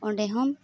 ᱚᱸᱰᱮ ᱦᱚᱸᱢ